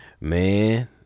man